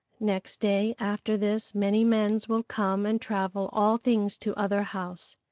next day after this many mens will come and travel all things to other house.